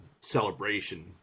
celebration